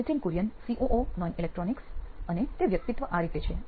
Nithin Kurian COO નોઇન electronics અને તે વ્યક્તિત્વ આ રીતે છે